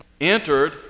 entered